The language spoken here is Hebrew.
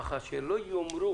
ככה שלא יאמרו